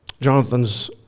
Jonathan's